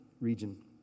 region